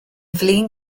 flin